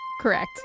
Correct